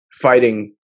fighting